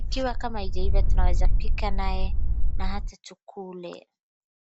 Ikiwa kama haijaiva tunaweza pika naye na ata tukule.